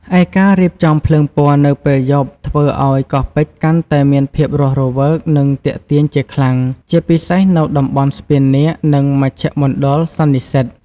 ឯការរៀបចំភ្លើងពណ៌នៅពេលយប់ធ្វើឱ្យកោះពេជ្រកាន់តែមានភាពរស់រវើក និងទាក់ទាញជាខ្លាំង ជាពិសេសនៅតំបន់ស្ពាននាគ និងមជ្ឈមណ្ឌលសន្និសីទ។